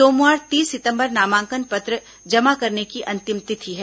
सोमवार तीस सितंबर नामांकन पत्र जमा करने की अंतिम तिथि है